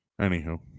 Anywho